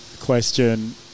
question